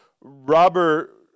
Robert